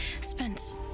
Spence